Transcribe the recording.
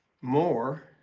more